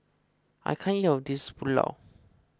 I can't eat all of this Pulao